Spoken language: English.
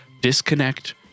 disconnect